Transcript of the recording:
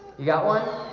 you got one?